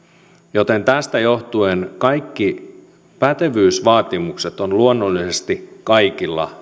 joten tästä johtuen kaikki pätevyysvaatimukset ovat luonnollisesti kaikilla